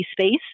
space